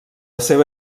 seva